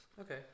Okay